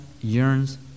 yearns